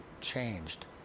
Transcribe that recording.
changed